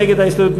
נגד ההסתייגות,